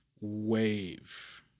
wave